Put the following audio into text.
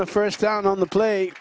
a first down on the play